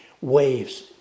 waves